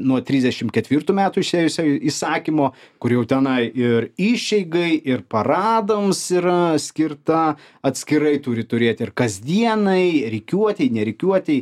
nuo trisdešim ketvirtų metų išėjusio įsakymo kur jau tenai ir išeigai ir paradams yra skirta atskirai turi turėt ir kasdienai rikiuotei ne rikiuotei